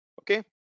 Okay